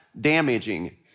damaging